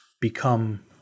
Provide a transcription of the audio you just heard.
become